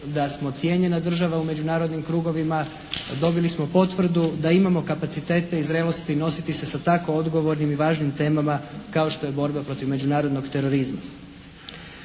da smo cijenjena država u međunarodnim krugovima, dobili smo potvrdu da imamo kapacitete i zrelosti nositi se sa tako odgovornim i važnim temama kao što je borba protiv međunarodnog terorizma.